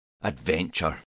adventure